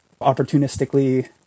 opportunistically